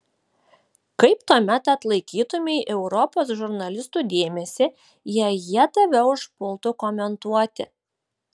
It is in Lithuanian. kaip tuomet atlaikytumei europos žurnalistų dėmesį jei jie tave užpultų komentuoti